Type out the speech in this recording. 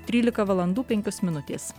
trylika valandų penkios minutės